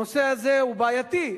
הנושא הזה הוא בעייתי.